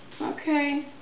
okay